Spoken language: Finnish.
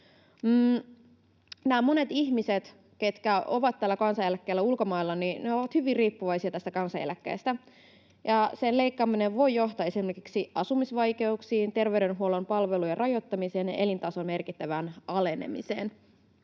Monet ihmiset, jotka ovat tällä kansaneläkkeellä ulkomailla, ovat hyvin riippuvaisia tästä kansaneläkkeestä. Sen leikkaaminen voi johtaa esimerkiksi asumisvaikeuksiin, terveydenhuollon palvelujen rajoittamiseen ja elintason merkittävään alenemiseen.